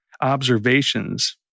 observations